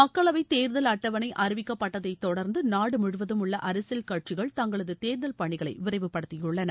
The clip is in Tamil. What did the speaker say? மக்களவைத் தேர்தல் அட்டவணை அறிவிக்கப்பட்டதை தொடர்ந்து நாடு முழுவதும் உள்ள அரசியல் கட்சிகள் தங்களது தேர்தல் பணிகளை விரைவு படுத்தியுள்ளன